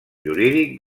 jurídic